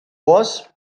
was